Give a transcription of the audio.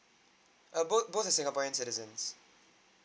err both both are singaporean citizens